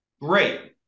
great